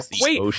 wait